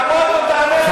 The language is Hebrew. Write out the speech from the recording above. תעמוד ותענה להם,